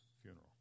funeral